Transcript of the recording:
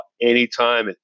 anytime